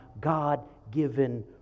God-given